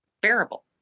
bearable